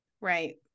right